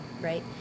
Right